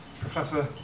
Professor